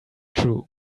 true